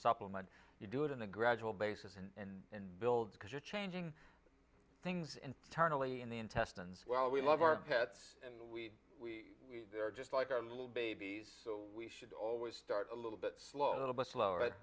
supplement you do it in a gradual basis and build because you're changing things internally in the intestines well we love our pets and we we are just like our little babies so we should always start a little bit slow a little bit slower